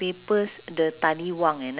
have you been to yishun hawker